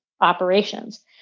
operations